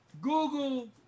Google